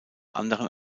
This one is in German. anderen